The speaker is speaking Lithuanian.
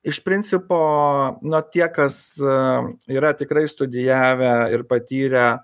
iš principo na tie kas a yra tikrai studijavę ir patyrę